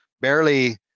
barely